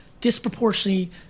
disproportionately